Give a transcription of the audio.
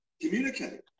Communicate